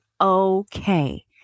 okay